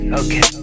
okay